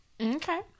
Okay